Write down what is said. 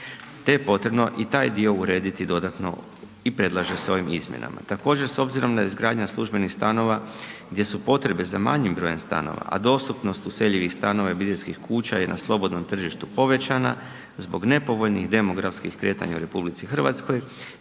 te je potrebno i taj dio urediti dodatno i predlaže s ovom izmjenom. Također s obzirom da izgradnja službenih stanova gdje su potrebe za manjim brojem stanova, a dostupnost useljivih stanova i obiteljskih kuća je na slobodnom tržištu povećana, zbog nepovoljnih demografskih kretanja u RH,